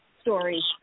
stories